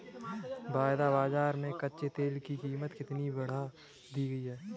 वायदा बाजार में कच्चे तेल की कीमत कितनी बढ़ा दी गई है?